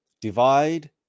Divide